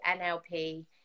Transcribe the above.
NLP